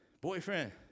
boyfriend